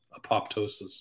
apoptosis